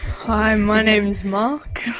hi, my name's mark,